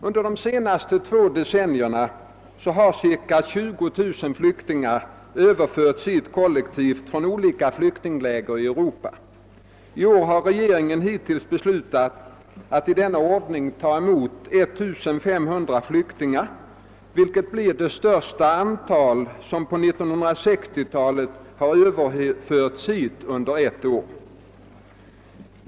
Under de senaste två decennierna har ca 20000 flyktingar överförts hit kollektivt från olika flyktingläger i Europa. I år har regeringen hittills beslutat att i denna ordning ta emot 1500 flyktingar, vilket blir det största antal som på 1960-talet har överförts hit under ett år.